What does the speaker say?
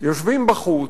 יושבים בחוץ.